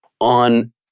on